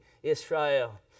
Israel